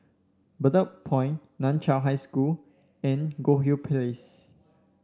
Bedok Point Nan Chiau High School and Goldhill Place